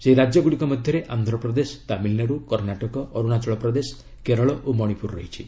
ସେହି ରାଜ୍ୟଗୁଡ଼ିକ ମଧ୍ୟରେ ଆନ୍ଧ୍ରପ୍ରଦେଶ ତାମିଲ୍ନାଡୁ କର୍ଷାଟକ ଅରୁଣାଚଳ ପ୍ରଦେଶ କେରଳ ଓ ମଣିପୁର ରହିଛି